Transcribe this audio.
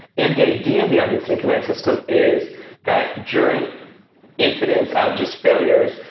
and the idea behind incident command system is that during incidents and of just failures,